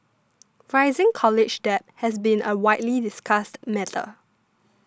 rising college debt has been a widely discussed matter